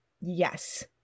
Yes